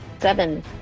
seven